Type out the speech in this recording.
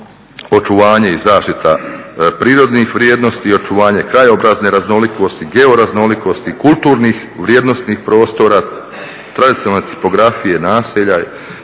očuvanje i zaštita prirodnih vrijednosti, očuvanje krajobrazne raznolikosti, georaznolikosti, kulturnih vrijednosnih prostora, tradicionalne …/Govornik se